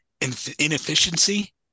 inefficiency